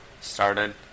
started